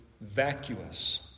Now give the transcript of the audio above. vacuous